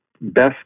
best